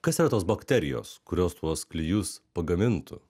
kas yra tos bakterijos kurios tuos klijus pagamintų